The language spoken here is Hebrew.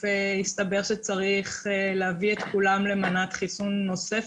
יסתבר שצריך להביא את כולם למנת חיסון נוספת,